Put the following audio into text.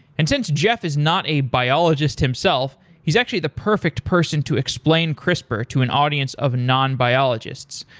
and since geoff is not a biologist himself, he's actually the perfect person to explain crispr to an audience of non-biologists.